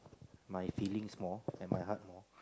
my feelings more and my heart more